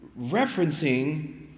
referencing